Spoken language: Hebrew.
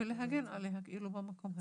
ולהגן עליה במקום הזה.